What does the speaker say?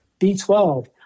B12